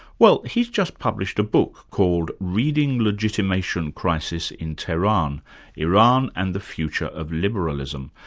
well, he's just published a book called reading legitimation crisis in tehran iran and the future of liberalism,